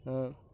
ஆ